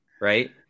right